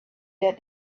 that